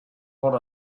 what